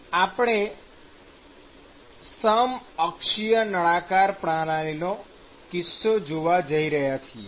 આપણે સમ અક્ષીય નળાકાર પ્રણાલીનો કિસ્સો જોવા જઈ રહ્યા છીએ